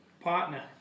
Partner